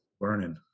learning